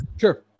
sure